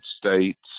States